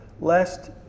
lest